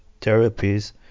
therapies